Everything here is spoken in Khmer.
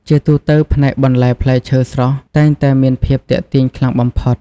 ជាទូទៅ ផ្នែកបន្លែផ្លែឈើស្រស់តែងតែមានភាពទាក់ទាញខ្លាំងបំផុត។